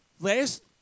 last